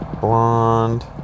Blonde